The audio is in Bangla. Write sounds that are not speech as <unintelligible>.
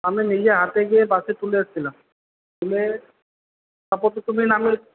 আমি নিজে হাতে গিয়ে বাসে তুলে এসেছিলাম তুলে <unintelligible>